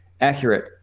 accurate